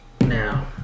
Now